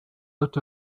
out